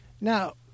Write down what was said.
Now